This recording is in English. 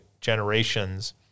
generations